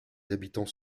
habitants